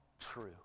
true